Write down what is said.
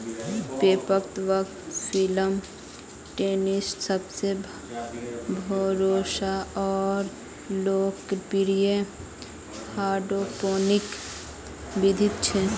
पोषक तत्व film technique सबसे भरोसामंद आर लोकप्रिय हाइड्रोपोनिक बिधि छ